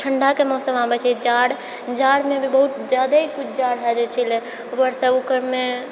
ठण्डाके मौसम आबै छै जाड़ जाड़मे भी बहुत कुछ ज्यादा ही जाड़ हो जाइ छै ऊपरसँ ओकरमे